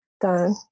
done